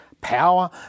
power